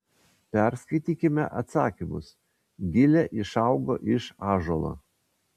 perskaitykime atsakymus gilė išaugo iš ąžuolo